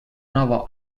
nova